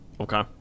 Okay